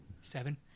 Seven